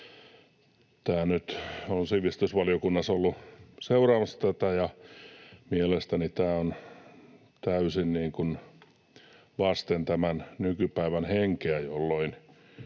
Olen sivistysvaliokunnassa ollut seuraamassa tätä, ja mielestäni tämä on täysin vastoin tämän nykypäivän henkeä, jolloin